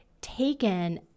taken